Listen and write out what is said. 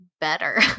better